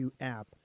app